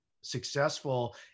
successful